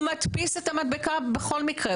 הוא מדפיס את המדבקה בכל מקרה.